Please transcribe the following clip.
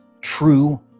true